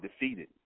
defeated